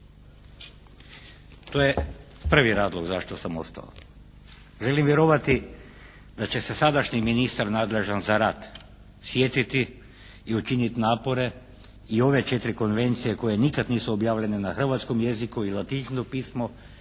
To je prvi razlog zašto sam ostao. Želim vjerovati da će se sadašnji ministar nadležan za rad sjetiti i učiniti napore i ove 4 konvencije koje nikad nisu objavljene na hrvatskom jeziku i latiničnom pismu